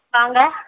வாங்க